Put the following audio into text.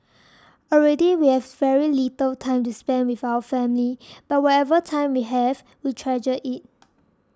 already we have very little time to spend with our family but whatever time we have we treasure it